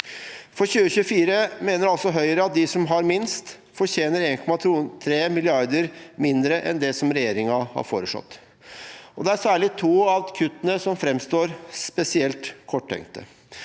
For 2024 mener altså Høyre at de som har minst, fortjener 1,3 mrd. kr mindre enn det som regjeringen har foreslått. Det er særlig to av kuttene som framstår spesielt korttenkte.